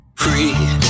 free